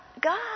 God